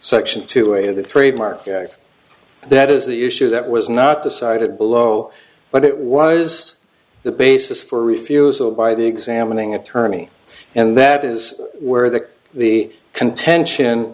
section two a of the trademark act that is the issue that was not decided below but it was the basis for refusal by the examining attorney and that is where the the contention